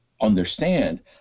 understand